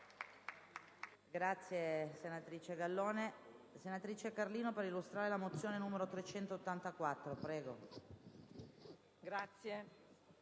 Grazie